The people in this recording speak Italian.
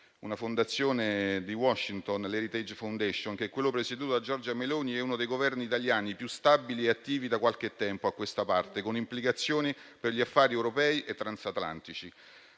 Una fondazione di Washington, Heritage foundation, dice che quello presieduto da Giorgia Meloni è uno dei Governi italiani più stabili e attivi da qualche tempo a questa parte, con implicazioni per gli affari europei e transatlantici.